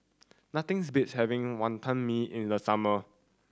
nothings beats having Wantan Mee in the summer